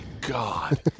god